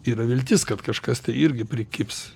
yra viltis kad kažkas tai irgi prikibs